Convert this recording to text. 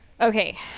Okay